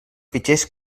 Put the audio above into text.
fitxers